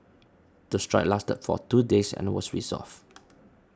the strike lasted for two days and was resolved